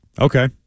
Okay